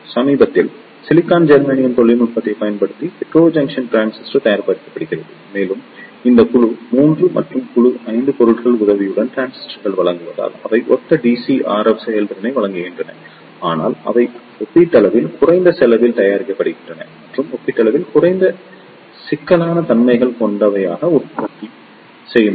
சமீபத்தில் silicon germanium தொழில்நுட்பத்தைப் பயன்படுத்தி ஹெட்ரோஜங்க்ஷன் டிரான்சிஸ்டர் தயாரிக்கப்படுகிறது மேலும் இந்த குழு 3 மற்றும் குழு 5 பொருட்களின் உதவியுடன் டிரான்சிஸ்டர்கள் வழங்குவதால் அவை ஒத்த DC RF செயல்திறனை வழங்குகின்றன ஆனால் அவை ஒப்பீட்டளவில் குறைந்த செலவில் தயாரிக்கப்படுகின்றன மற்றும் ஒப்பீட்டளவில் குறைந்த சிக்கலான தன்மை கொண்டவை உற்பத்தி செய்முறை